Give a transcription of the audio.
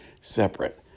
separate